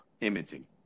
imaging